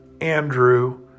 Andrew